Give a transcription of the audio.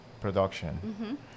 production